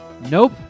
Nope